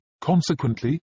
consequently